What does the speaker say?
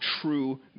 true